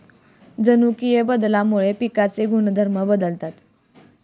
जनुकीय बदलामुळे पिकांचे गुणधर्म बदलतात